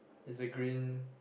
it's a green